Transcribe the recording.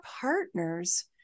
partners